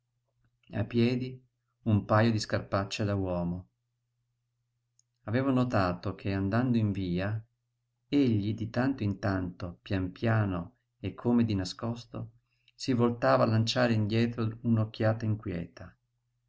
sfrangiata ai piedi un pajo di scarpacce da uomo avevo notato che andando via egli di tanto in tanto pian piano e come di nascosto si voltava a lanciare indietro un occhiata inquieta